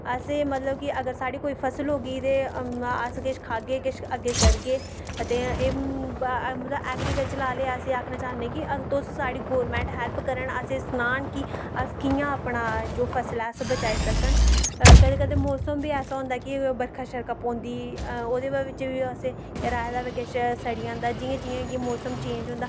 असें अगर साढ़ी कोई फसल होगी ते अस किश खाह्गे अग्गैं किश करदे ते मतलव ऐग्रीकल्चर आह्लें गी आक्खना चाह्ने कि तुस साढ़ी गौरमैंट हैल्प करन असेंगी सनाना कि अस कियां जो फसल ऐ ओह् बचाई सकन कदैं कदैं मौसम बी ऐसा होंदा कि बर्खा शर्खा पौंदी ओह्दे बजाह् बिच्च बी असें राहे दा होऐ किश सड़ी जंदा जियां जियां कि मौसम चेंज होंदा